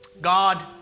God